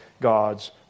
God's